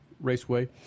Raceway